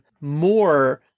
more